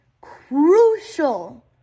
crucial